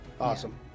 Awesome